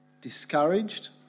discouraged